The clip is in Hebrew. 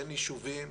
בין ישובים,